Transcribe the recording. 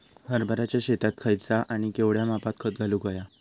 हरभराच्या शेतात खयचा आणि केवढया मापात खत घालुक व्हया?